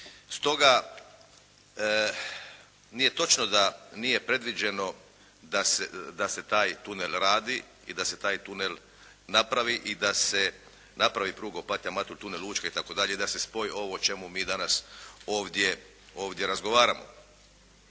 Stoga nije točno da nije predviđeno da se taj tunel radi i da se taj tunel napravi i da se napravi pruga Opatija -Matulj - tunel Učka itd. i da se spoji ovo o čemu mi danas ovdje razgovaramo.